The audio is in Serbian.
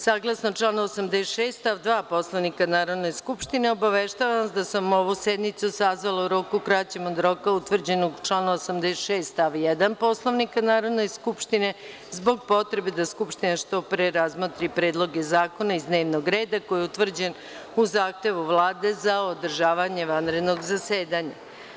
Saglasno članu 86. stav 2. Poslovnika Narodne skupštine, obaveštavam vas da sam ovu sednicu sazvala u roku kraćem od roka utvrđenog članom 86. stav 1. Poslovnika Narodne skupštine, zbog potrebe da skupština što pre razmotri predloge zakona iz dnevnog reda, koji je utvrđen u zahtevu Vlade za održavanje vanrednog zasedanja.